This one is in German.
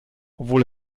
obwohl